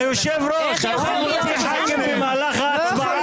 איך אתה יכול לסתום לו את הפה?